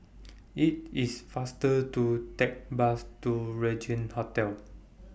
IT IS faster to Take Bus to Regin Hotel